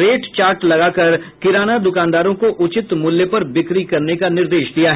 rate chart लगाकर किराना दुकानदारों को उचित मूल्य पर बिक्री करने का निर्देश दिया है